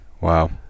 Wow